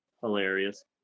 hilarious